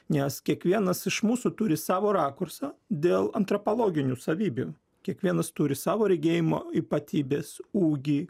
nes kiekvienas iš mūsų turi savo rakursą dėl antropologinių savybių kiekvienas turi savo regėjimo ypatybes ūgį